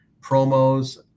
promos